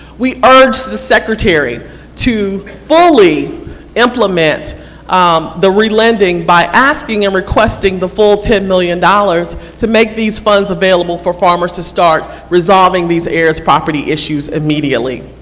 we urge the secretary to fully implement um the relenting by asking and requesting the full ten million dollars to make these funds available for farmers to start resolving the heiress property issues immediately.